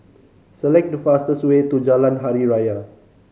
select the fastest way to Jalan Hari Raya